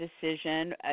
decision